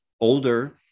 older